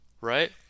right